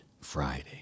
Friday